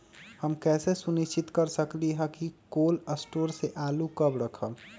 हम कैसे सुनिश्चित कर सकली ह कि कोल शटोर से आलू कब रखब?